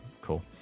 cool